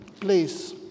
place